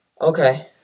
Okay